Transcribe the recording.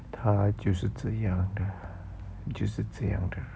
他就是这样的就是这样的